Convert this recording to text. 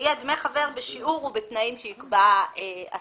יהיה דמי חבר בשיעור ובתנאים שיקבע השר.